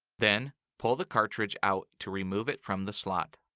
then, pull the cartridge out to remove it from the slot.